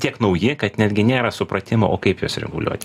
tiek nauji kad netgi nėra supratimo o kaip juos reguliuoti